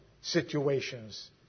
situations